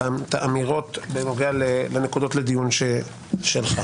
סוג של תיקון נקודתי של החוקה.